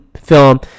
film